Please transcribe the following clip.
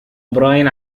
براين